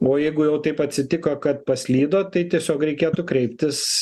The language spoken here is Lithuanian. o jeigu jau taip atsitiko kad paslydo tai tiesiog reikėtų kreiptis